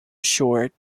short